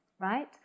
right